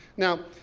now,